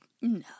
No